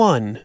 One